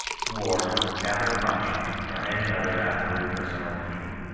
war, capital punishment or any other absolute personal injury.